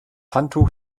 handtuch